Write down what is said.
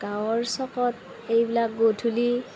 গাঁৱৰ চ'কত এইবিলাক গধূলী